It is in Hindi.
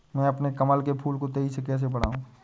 मैं अपने कमल के फूल को तेजी से कैसे बढाऊं?